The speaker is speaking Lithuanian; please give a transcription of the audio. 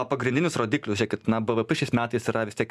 pagrindinius rodiklius žiūrėkit na bvp šiais metais yra vis tiek